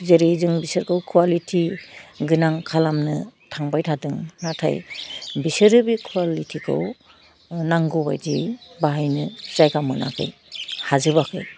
जेरै जों बिसोरखौ खुवालिटि गोनां खालामनो थांबाय थादों नाथाइ बिसोरो बे खुवालिटिखौ ओह नांगौ बायदि बाहायनो जायगा मोनाखै हाजोबाखै